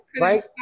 Right